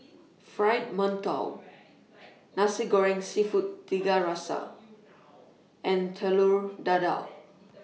Fried mantou Nasi Goreng Seafood Tiga Rasa and Telur Dadah